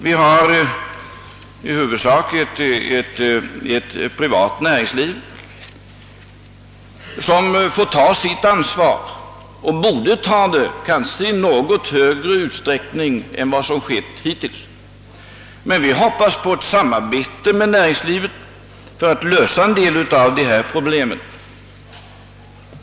Vi har i huvudsak ett privat näringsliv som får ta sitt ansvar och som kanske borde ta det i något större utsträckning än vad som hittills skett. Vi hoppas emellertid på ett samarbete med näringslivet för att lösa en del av dessa problem.